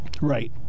Right